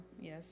yes